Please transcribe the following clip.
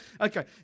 Okay